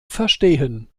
verstehen